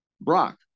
Brock